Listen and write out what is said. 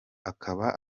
akaba